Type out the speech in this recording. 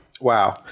wow